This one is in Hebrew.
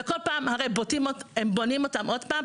והרי הם כל פעם בונים את הבתים,